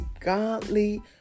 godly